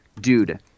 dude